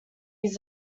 use